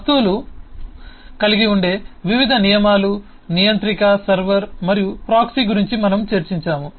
వస్తువులు కలిగి ఉండే వివిధ నియమాలు నియంత్రిక సర్వర్ మరియు ప్రాక్సీ గురించి మనము చర్చించాము